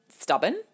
Stubborn